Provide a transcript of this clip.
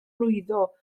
lwyddo